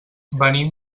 venim